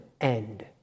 end